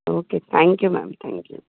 okay thank you ma'am thank you